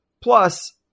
Plus